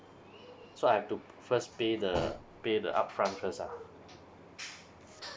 so I've to first pay the pay the upfront first ah